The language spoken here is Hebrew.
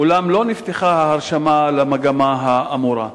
אולם לא נפתחה ההרשמה למגמה האמורה.